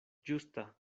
ĝusta